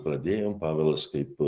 pradėjom pavelas kaip